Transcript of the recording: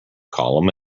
column